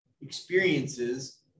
experiences